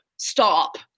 Stop